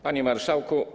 Panie Marszałku!